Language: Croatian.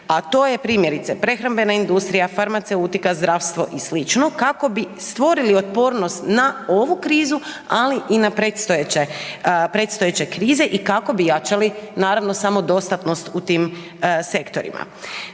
A to je primjerice, prehrambena industrija, farmaceutika, zdravstvo i sl. kako bi stvorili otpornost na ovu krizu, ali i na predstojeće krize i kako bi jačali, naravno samodostatnost u tim sektorima.